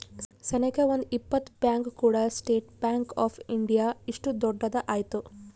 ಸನೇಕ ಒಂದ್ ಇಪ್ಪತ್ ಬ್ಯಾಂಕ್ ಕೂಡಿ ಸ್ಟೇಟ್ ಬ್ಯಾಂಕ್ ಆಫ್ ಇಂಡಿಯಾ ಇಷ್ಟು ದೊಡ್ಡದ ಆಯ್ತು